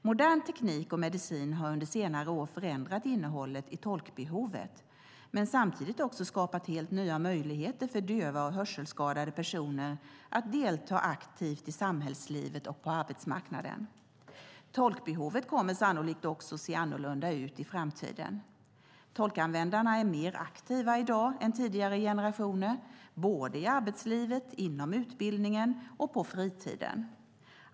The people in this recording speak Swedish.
Modern teknik och medicin har under senare år förändrat innehållet i tolkbehovet men samtidigt också skapat helt nya möjligheter för döva och hörselskadade personer att delta aktivt i samhällslivet och på arbetsmarknaden. Tolkbehovet kommer sannolikt också att se annorlunda ut i framtiden. Tolkanvändarna är mer aktiva i dag än tidigare generationer i arbetslivet, inom utbildningen och på fritiden.